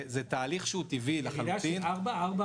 זה תהליך טבעי לחלוטין.